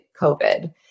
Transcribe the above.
COVID